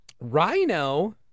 Rhino